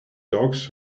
dogs